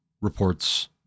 reports